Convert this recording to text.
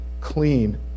clean